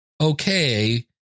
okay